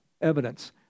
evidence